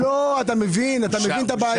אתה מבין את הבעיה?